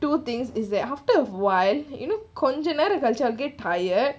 two things is that after a while you know கொஞ்சம்நேரம்கழிச்சு: konsam neram kalichu tired